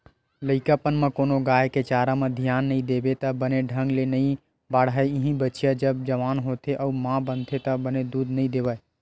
लइकापन म कोनो गाय के चारा म धियान नइ देबे त बने ढंग ले नइ बाड़हय, इहीं बछिया जब जवान होथे अउ माँ बनथे त बने दूद नइ देवय